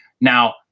Now